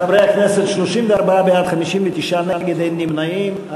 חברי הכנסת, 34 בעד, 59 נגד, אין נמנעים.